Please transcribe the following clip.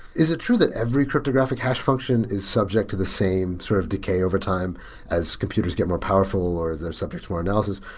is it true that every cryptographic hash function is subject to the same sort of decay overtime as computers get more powerful, or they're subject to more analysis,